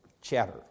chatter